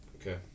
Okay